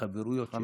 את החברויות שיש פה.